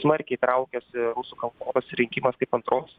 smarkiai traukiasi rusų kalbos pasirinkimas kaip antros